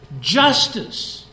Justice